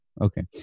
Okay